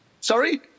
Sorry